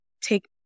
take